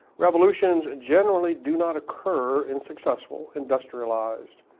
revolutions generally do not occur in successful, industrialized,